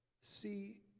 See